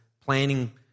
planning